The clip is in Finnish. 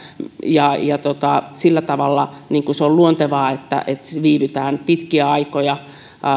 ja ja sillä tavalla se on luontevaa että viihdytään pitkiä aikoja